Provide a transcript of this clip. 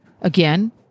Again